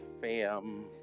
fam